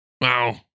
Wow